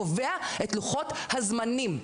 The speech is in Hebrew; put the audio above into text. קובע את לוחות הזמנים.